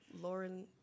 Lauren